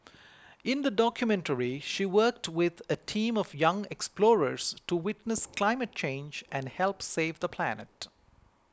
in the documentary she worked with a team of young explorers to witness climate change and help save the planet